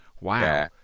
Wow